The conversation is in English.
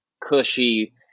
cushy